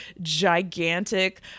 gigantic